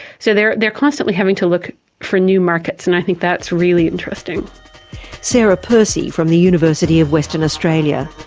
so they're they're constantly having to look for new markets, and i think that's really interesting. dr sarah percy from the university of western australia.